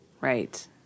Right